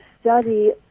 study